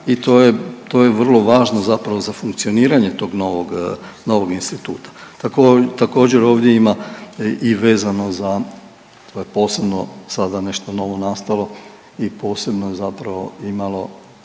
to je vrlo važno zapravo za funkcioniranje tog novog, novog instituta. Također, ovdje ima i vezano za posebno sada nešto novonastalo i posebno je zapravo imalo